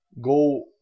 go